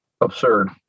absurd